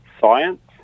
science